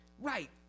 right